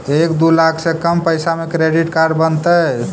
एक दू लाख से कम पैसा में क्रेडिट कार्ड बनतैय?